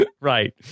Right